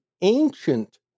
ancient